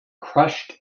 crushed